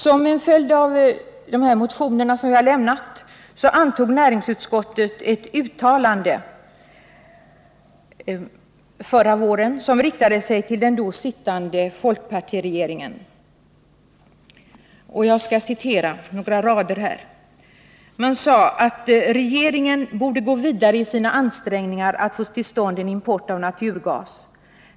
Med anledning av de motioner som vi väckt antog näringsutskottet förra våren ett uttalande, som riktade sig till den då sittande folkpartiregeringen. Jag skall citera några rader ur det uttalandet. Utskottet sade ”att regeringen bör gå vidare i sina ansträngningar att få till stånd en import av naturgas.